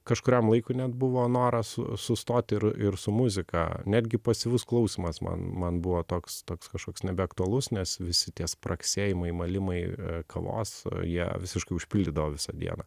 kažkuriam laikui net buvo noras sustoti ir ir su muzika netgi pasyvus klausymas man man buvo toks toks kažkoks nebeaktualus nes visi tie spragsėjimai malimai kavos jie visiškai užpildydavo visą dieną